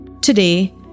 Today